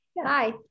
Hi